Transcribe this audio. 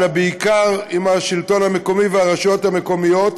אלא בעיקר עם השלטון המקומי והרשויות המקומיות,